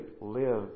live